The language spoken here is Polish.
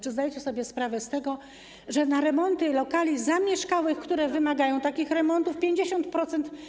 Czy zdajecie sobie sprawę z tego, że koszty remontów lokali zamieszkałych, które wymagają takich remontów, w 50%